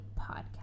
podcast